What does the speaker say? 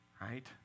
right